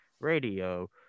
radio